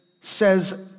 says